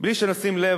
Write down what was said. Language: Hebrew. בלי שנשים לב,